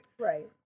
Right